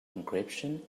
encryption